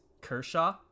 Kershaw